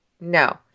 No